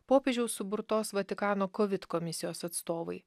popiežiaus suburtos vatikano kovid komisijos atstovai